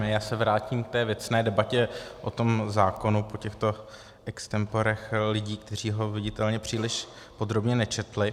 Já se vrátím k věcné debatě o zákonu po těchto extempore lidí, kteří ho viditelně příliš podrobně nečetli.